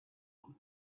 could